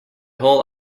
whole